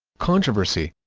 controversy